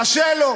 קשה לו,